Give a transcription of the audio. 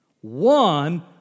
one